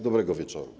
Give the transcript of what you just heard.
Dobrego wieczoru.